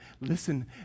listen